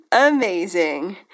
Amazing